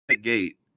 gate